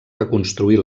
reconstruir